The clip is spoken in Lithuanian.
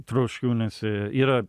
troškūnuose yra